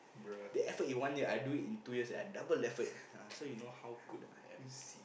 the effort in one year I do it in two years and I double effort ah so you know how good I am